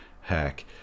hack